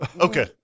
Okay